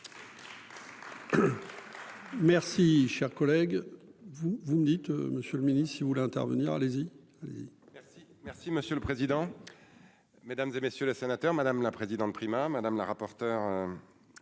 Merci, cher collègue, vous, vous me dites, Monsieur le Ministre, si vous voulez intervenir, allez-y, allez-y. Merci, merci, monsieur le président, Mesdames et messieurs les sénateurs, madame la présidente, Prima madame la rapporteure,